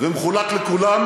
ומחולק לכולם,